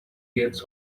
gets